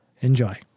Enjoy